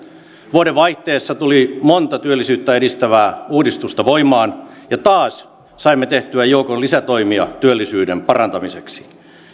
vuodenvaihteessa tuli monta työllisyyttä edistävää uudistusta voimaan ja taas saimme tehtyä joukon lisätoimia työllisyyden parantamiseksi